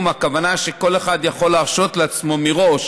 הכוונה שכל אחד יכול להרשות לעצמו מראש